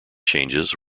changes